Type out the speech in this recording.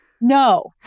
No